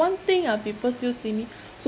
one thing ah people still see me su~